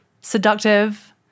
seductive